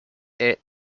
est